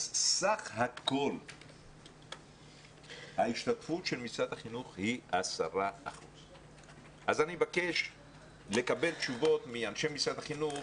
אז סך הכל ההשתתפות של משרד החינוך היא 10%. אז אני מבקש לקבל תשובות מאנשי משרד החינוך